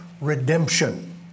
redemption